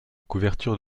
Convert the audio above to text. couverture